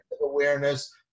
awareness